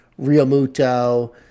Riomuto